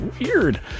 weird